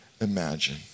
imagine